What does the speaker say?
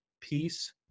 peace